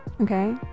okay